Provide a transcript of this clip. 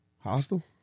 Hostile